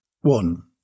One